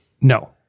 No